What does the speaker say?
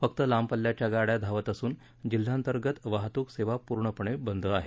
फ़क्त लांब पल्ल्याच्या गाड्या धावत असून जिल्हांतर्गत वाहतूक सेवा पूर्णपणे बंद आहे